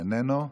איננו.